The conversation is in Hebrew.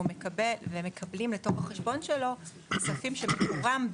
והוא מקבל לתוך החשבון שלו כספים שמקורם בחו"ל.